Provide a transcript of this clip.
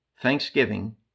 Thanksgiving